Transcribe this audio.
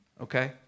Okay